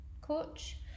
coach